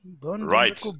right